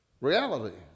Reality